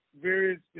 various